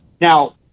now